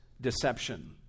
deception